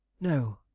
No